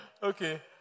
Okay